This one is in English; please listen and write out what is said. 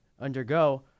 undergo